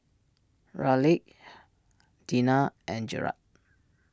Raleigh Tina and Gerard